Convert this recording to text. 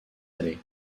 allé